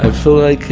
i feel like a,